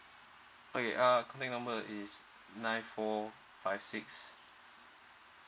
okay uh contact number is nine four five six